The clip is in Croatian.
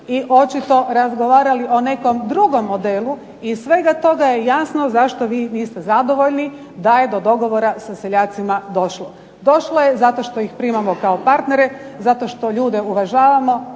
i očito razgovarali o nekom drugom modelu, i iz svega toga je jasno zašto vi niste zadovoljni da je do dogovora sa seljacima došlo. Došlo je zato što ih primamo kao partnere, zato što ljude uvažavamo.